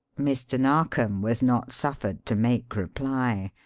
mr. narkom was not suffered to make reply.